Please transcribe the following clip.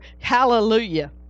hallelujah